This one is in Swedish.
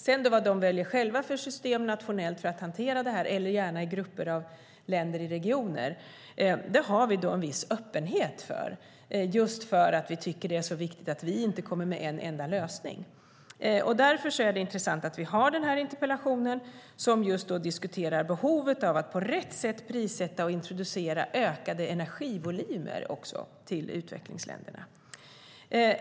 Vad de sedan själva väljer för system för att hantera detta nationellt eller gärna i grupper av länder i regioner har vi en viss öppenhet för, just eftersom vi tycker att det är så viktigt att vi inte kommer med en enda lösning. Därför är det intressant att vi har den här interpellationen som diskuterar behovet av att på rätt sätt prissätta och introducera ökade energivolymer också till utvecklingsländerna.